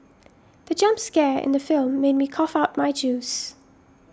the jump scare in the film made me cough out my juice